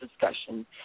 discussion